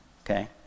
okay